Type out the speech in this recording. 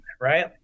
Right